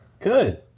Good